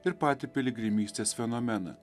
ir patį piligrimystės fenomeną